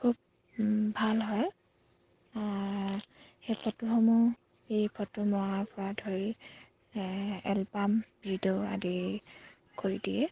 খুব ভাল হয় সেই ফটোসমূহ এই ফটো মৰাৰ পৰা ধৰি এলবাম ভিডিঅ' আদি কৰি দিয়ে